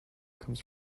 comes